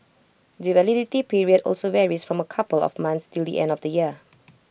the validity period also varies from A couple of months till the end of the year